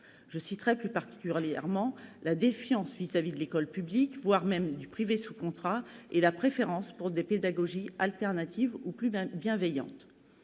Je citerai plus particulièrement la défiance vis-à-vis de l'école publique, voire de l'enseignement privé sous contrat, et la préférence pour des pédagogies alternatives ou plus bienveillantes.